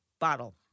bottle